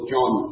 John